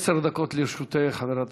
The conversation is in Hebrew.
עשר דקות לרשותך, חברת